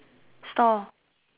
store